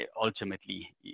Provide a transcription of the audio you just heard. ultimately